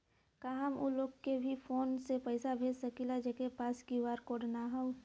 का हम ऊ लोग के भी फोन से पैसा भेज सकीला जेकरे पास क्यू.आर कोड न होई?